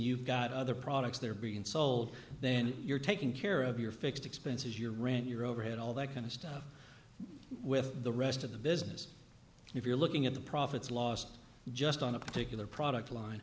you've got other products that are being sold then you're taking care of your fixed expenses your ran your overhead all that kind of stuff with the rest of the business if you're looking at the profits lost just on a particular product line